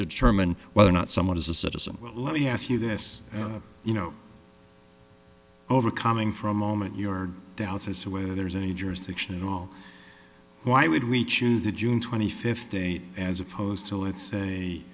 determine whether or not someone is a citizen let me ask you this you know overcoming for a moment your doubts as to whether there's any jurisdiction at all why would we choose the june twenty fifth date as opposed to let's say